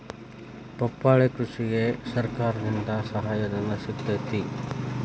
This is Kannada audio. ಪಪ್ಪಾಳಿ ಕೃಷಿಗೆ ಸರ್ಕಾರದಿಂದ ಸಹಾಯಧನ ಸಿಗತೈತಿ